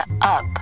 up